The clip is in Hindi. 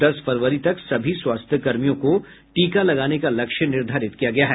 दस फरवरी तक सभी स्वास्थ्यकर्मियों को टीका लगाने का लक्ष्य निर्धारित किया गया है